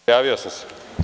Prijavio sam se.